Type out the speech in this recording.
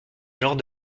genre